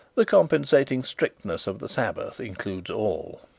the compensating strictness of the sabbath includes all.